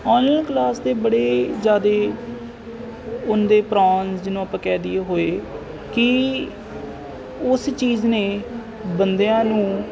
online class ਦੇ ਬੜੇ ਜ਼ਿਆਦਾ ਉਹਦੇ ਪਰਾਨਜ਼ ਜਿਹਨੂੰ ਆਪਾਂ ਕਹਿ ਦੇਈਏ ਹੋਏ ਕਿ ਉਸ ਚੀਜ਼ ਨੇ ਬੰਦਿਆਂ ਨੂੰ